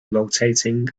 rotating